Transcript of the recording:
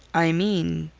i mean,